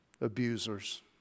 abusers